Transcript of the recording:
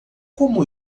como